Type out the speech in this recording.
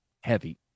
heavy